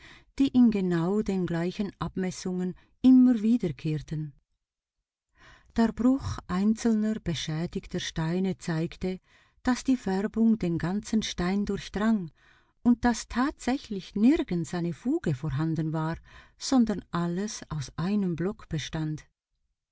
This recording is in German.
die in genau den gleichen abmessungen immer wiederkehrten der bruch einzelner beschädigter steine zeigte daß die färbung den ganzen stein durchdrang und daß tatsächlich nirgends eine fuge vorhanden war sondern alles aus einem block bestand